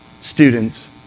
students